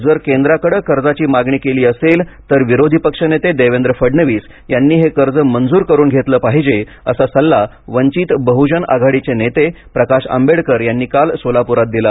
जर केंद्राकडे कर्जाची मागणी केली असेल तर विरोधी पक्षनेते देवेंद्र फडणवीस यांनी हे कर्ज मंजूर करून घेतले पाहिजे असा सल्ला वंचित बह्जन आघाडीचे नेते प्रकाश आंबेडकर यांनी काल सोलापुरात दिला